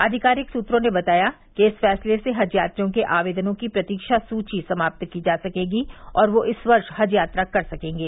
आधिकारिक सूत्रों ने बताया कि इस फैसले से हज यात्रियों के आवेदनों की प्रतीक्षा सूची समाप्त की जा सकेगी और वे इस वर्ष हज यात्रा कर सकेंगे